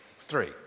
Three